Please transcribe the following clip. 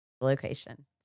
location